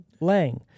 Lang